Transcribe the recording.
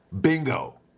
bingo